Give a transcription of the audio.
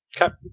Okay